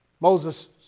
Moses